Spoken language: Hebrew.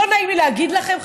לא נעים לי להגיד לכם,